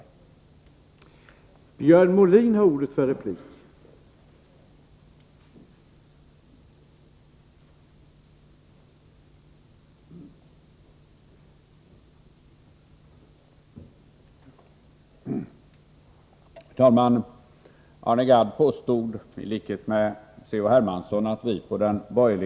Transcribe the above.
Gransågvarorna möter nämligen f.n. en besvärlig marknad med klara mättnadstendenser, och depositionerna försvårar ytterligare situationen.